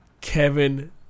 Kevin